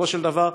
בסופו של דבר,